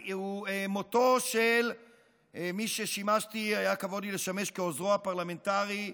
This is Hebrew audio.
מותו של מי שהיה כבוד לי לשמש כעוזרו הפרלמנטרי,